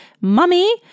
mummy